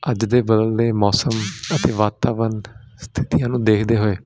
ਅੱਜ ਦੇ ਬਦਲਦੇ ਮੌਸਮ ਅਤੇ ਵਾਤਾਵਰਣ ਸਥਿਤੀਆਂ ਨੂੰ ਦੇਖਦੇ ਹੋਏ